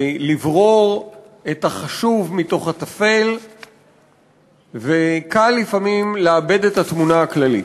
לברור את החשוב מתוך הטפל וקל לפעמים לאבד את התמונה הכללית.